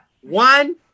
One